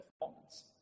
performance